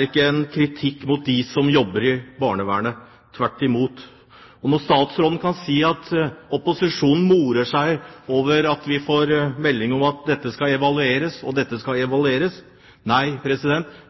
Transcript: ikke en kritikk mot dem som jobber i barnevernet, tvert imot. Statsråden sier at opposisjonen morer seg når vi får melding om at dette skal evalueres og evalueres. Nei,